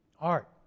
Art